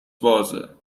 بازه